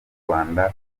rwanda